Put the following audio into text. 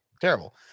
Terrible